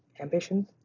Ambitions